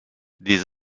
des